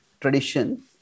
tradition